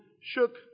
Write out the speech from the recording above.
shook